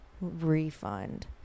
Refund